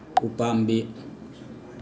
ꯎꯄꯥꯝꯕꯤ